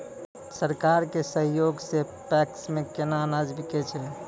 सरकार के सहयोग सऽ पैक्स मे केना अनाज बिकै छै?